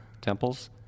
temples